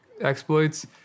exploits